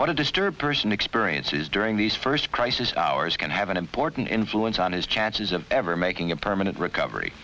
what a disturbed person experiences during these first crisis hours can have an important influence on his chances of ever making a permanent recovery